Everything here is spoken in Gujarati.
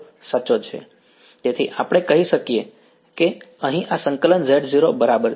તેથી આપણે કહી શકીએ કે અહીં આ સંકલન Z0 બરાબર છે